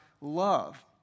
love